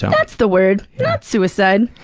that's the word! not suicide!